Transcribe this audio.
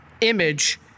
image